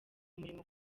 umurimo